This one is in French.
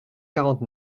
quarante